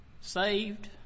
Saved